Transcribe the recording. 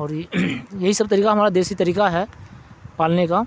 اور یہی سب طریقہ ہمارا دیسی طریقہ ہے پالنے کا